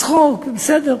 אז חוק, בסדר.